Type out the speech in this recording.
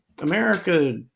America